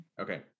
okay